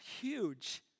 huge